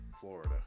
Florida